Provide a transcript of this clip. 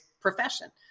profession